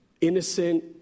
innocent